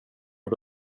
och